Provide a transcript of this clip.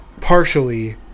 partially